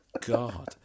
God